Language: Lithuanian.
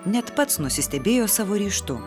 net pats nusistebėjo savo ryžtu